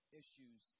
issues